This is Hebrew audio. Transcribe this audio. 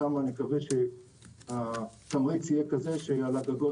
שם אנחנו מקווים שהתמריץ יהיה כזה שיחברו על הגגות.